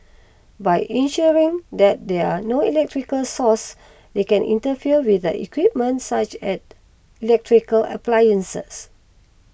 by ensuring that there are no electrical sources that can interfere with the equipment such as electrical appliances